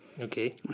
Okay